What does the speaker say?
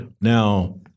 Now